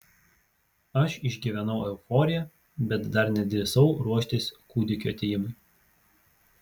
aš išgyvenau euforiją bet dar nedrįsau ruoštis kūdikio atėjimui